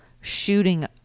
shooting